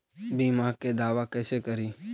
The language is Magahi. बीमा के दावा कैसे करी?